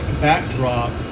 backdrop